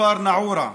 מכפר א-נאעורה,